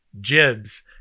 Jibs